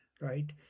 right